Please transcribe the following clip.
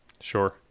Sure